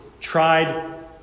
tried